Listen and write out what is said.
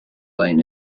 plain